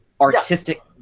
artistic